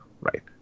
right